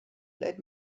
let